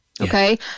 Okay